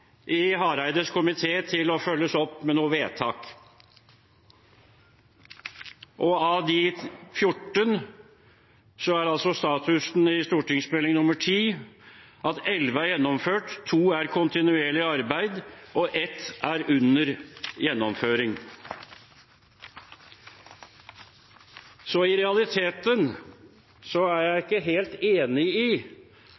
i Hareides komité for å følges opp med noe vedtak. Av de 14 er statusen ifølge St.meld. nr. 10 for 2016–2017 at 11 er gjennomført, 2 er under kontinuerlig arbeid, og 1 er under gjennomføring. Så i realiteten er jeg